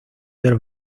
del